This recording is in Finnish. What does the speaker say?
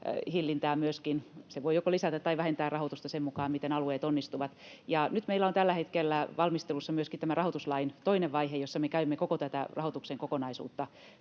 hillintään — se voi joko lisätä tai vähentää rahoitusta sen mukaan, miten alueet onnistuvat. Ja nyt meillä on tällä hetkellä valmistelussa myöskin tämä rahoituslain toinen vaihe, jossa me käymme koko tätä rahoituksen kokonaisuutta